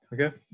Okay